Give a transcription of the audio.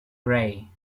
grey